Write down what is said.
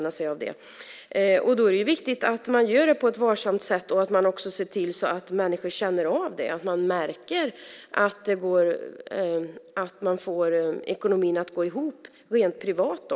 Det är viktigt att det här sker på ett varsamt sätt och att människor märker att de får ekonomin att gå ihop också rent privat.